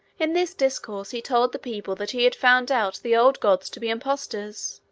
in this discourse, he told the people that he had found out the old gods to be impostors.